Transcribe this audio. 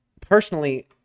personally